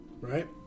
right